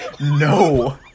no